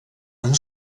amb